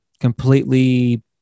completely